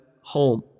home